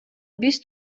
биз